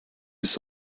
ist